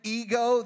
ego